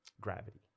gravity